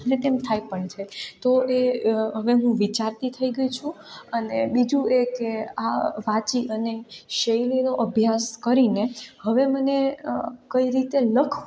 અને તેમ થાય પણ છે તો એ હવે હું વિચારતી થઈ ગઈ છું અને બીજું એ કે આ વાંચી અને શૈલીનો અભ્યાસ કરીને હવે મને કઈ રીતે લખવું